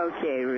Okay